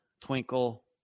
twinkle